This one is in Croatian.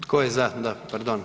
Tko je za, da pardon?